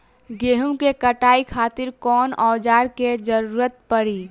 गेहूं के कटाई खातिर कौन औजार के जरूरत परी?